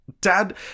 Dad